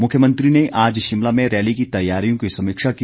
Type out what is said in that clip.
मुख्यमंत्री ने आज शिमला में रैली की तैयारियों की समीक्षा की